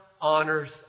honors